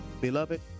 Beloved